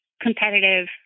competitive